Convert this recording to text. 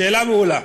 שאלה מעולה.